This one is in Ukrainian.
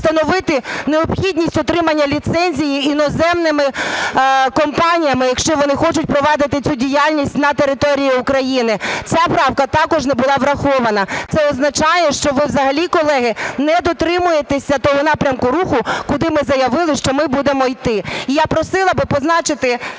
встановити необхідність отримання ліцензії іноземними компаніями, якщо вони хочуть провадити цю діяльність на території України. Ця правка також не була врахована. Це означає, що ви взагалі, колеги, не дотримуєтеся того напрямку руху, куди ми заявили, що ми будемо іти.